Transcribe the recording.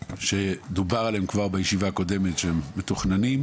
שדובר עליהם כבר בישיבה קודמת שהם מתוכננים,